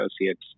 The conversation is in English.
Associates